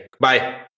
Bye